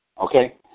Okay